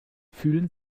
fühlen